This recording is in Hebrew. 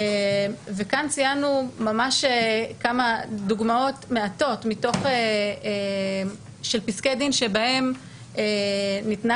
כאן ציינו כמה דוגמאות מעטות של פסקי דין שבהן ניתנה